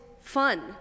fun